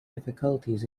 difficulties